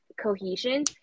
cohesion